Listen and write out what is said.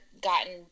gotten